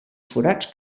forats